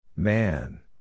Man